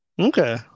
Okay